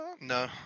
No